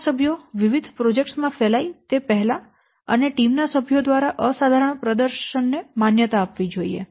team ના સભ્યો વિવિધ પ્રોજેક્ટ્સ માં ફેલાય તે પહેલાં અને ટીમ ના સભ્યો દ્વારા અસાધારણ પ્રદર્શન ને માન્યતા આપવી જોઈએ